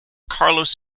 carlos